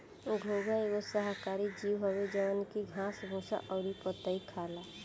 घोंघा एगो शाकाहारी जीव हवे जवन की घास भूसा अउरी पतइ खाला